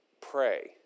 pray